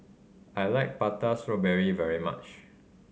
I like Prata Strawberry very much